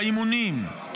והאימונים,